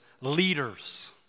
leaders